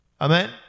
Amen